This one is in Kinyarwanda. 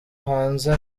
hanze